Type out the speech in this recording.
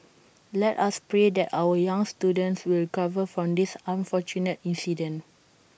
let us pray that our young students will recover from this unfortunate incident